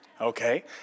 okay